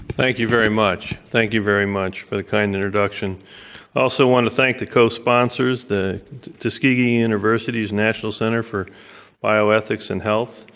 thank you very much. thank you very much for the kind introduction. i also want to thank the co-sponsors, the tuskegee university's national center for bioethics in health,